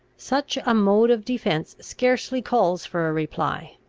such a mode of defence scarcely calls for a reply.